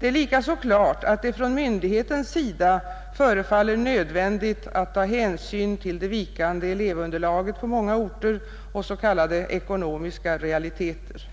Likaså är det klart att det från myndighetens sida förefaller nödvändigt att ta hänsyn till det vikande elevunderlaget på många orter och s.k. ekonomiska realiteter.